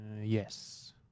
yes